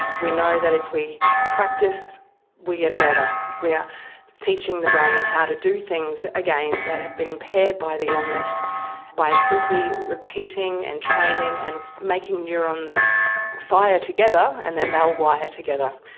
we know that if we practice we get better. we are teaching the brain how to do things again that have been impaired by the illness by simply repeating and training and making neurons fire together and then they will wire together.